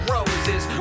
Roses